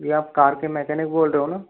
ये आप कार के मैकेनिक बोल रहे हो ना